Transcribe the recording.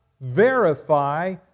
verify